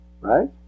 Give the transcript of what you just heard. right